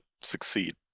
succeed